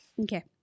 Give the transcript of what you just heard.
Okay